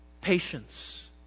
patience